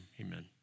Amen